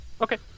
Okay